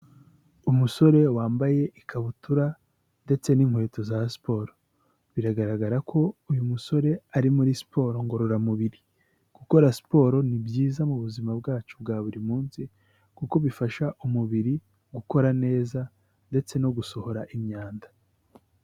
Umusore wambaye ikabutura ndetse n'inkweto za siporo, biragaragara ko uyu musore ari muri siporo ngororamubiri. Gukora siporo ni byiza mu buzima bwacu bwa buri munsi kuko bifasha umubiri gukora neza ndetse no gusohora imyanda.